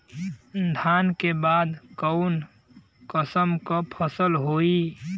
धान के बाद कऊन कसमक फसल होई?